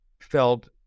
felt